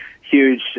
huge